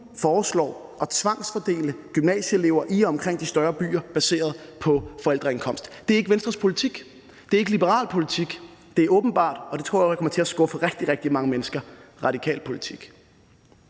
foreslår at tvangsfordele gymnasieelever i og omkring de større byer baseret på forældreindkomst. Det er ikke Venstres politik, det er ikke liberal politik. Det er åbenbart – og det tror jeg kommer til at skuffe rigtig, rigtig mange mennesker – radikal politik.